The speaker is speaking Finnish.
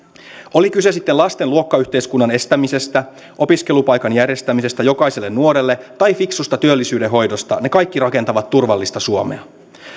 oli kyse sitten lasten luokkayhteiskunnan estämisestä opiskelupaikan järjestämisestä jokaiselle nuorelle tai fiksusta työllisyyden hoidosta ne kaikki rakentavat turvallista suomea